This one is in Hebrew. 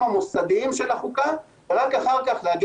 ובחלק השני של המשפט דיברנו על כך שאין